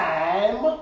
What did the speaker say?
Time